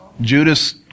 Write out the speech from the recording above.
Judas